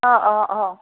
অঁ অঁ অঁ